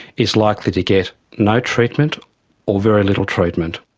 is likely to get no treatment or very little treatment.